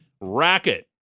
Racket